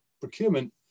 procurement